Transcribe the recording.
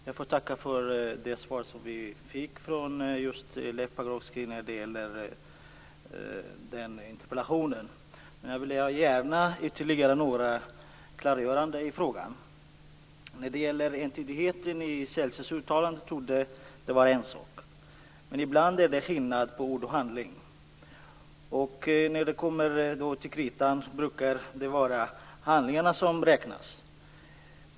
Fru talman! Jag får tacka för det svar vi fick från Leif Pagrotsky på den här interpellationen. Jag vill gärna ha ytterligare några klargöranden i frågan. När det gäller entydigheten i Celsius uttalande torde det vara en sak, men ibland är det skillnad på ord och handling. När det kommer till kritan brukar det vara handlingarna som räknas.